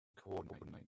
coordinate